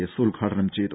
S ഉദ്ഘാടനം ചെയ്തു